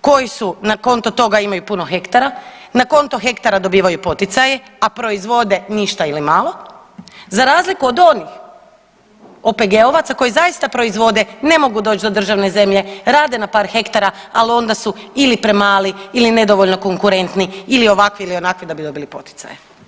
koji su, na konto toga imaju puno hektara, na konto hektara dobivaju poticaje, a proizvode ništa ili malo za razliku od onih OPG-ovaca koji zaista proizvode, ne mogu doć do državne zemlje, rade na par hektara, al onda su ili premali ili nedovoljno konkurentni ili ovakvi ili onakvi da bi dobili poticaje.